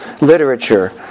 literature